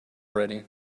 ready